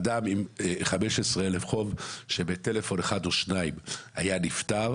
אדם עם חוב של 15 אלף שקל שבטלפון או שניים היה נפתר,